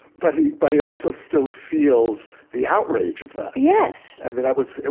but he but he also still feels the outrage of that yes i mean, that was,